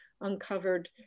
uncovered